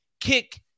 kick